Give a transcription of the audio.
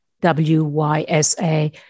W-Y-S-A